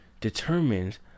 determines